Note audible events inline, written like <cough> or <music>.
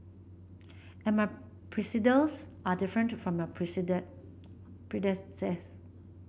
and my <unintelligible> are different from your <unintelligible>